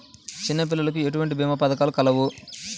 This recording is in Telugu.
చిన్నపిల్లలకు ఎటువంటి భీమా పథకాలు కలవు?